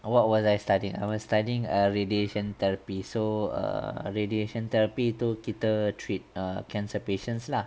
what was I studying ah I was studying err radiation therapy so err radiation therapy tu kita treat err cancer patients lah